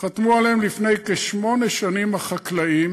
חתמו עליהם לפני כשמונה שנים החקלאים